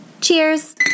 Cheers